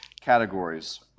categories